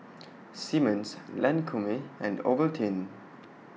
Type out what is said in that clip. Simmons Lancome and Ovaltine